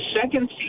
second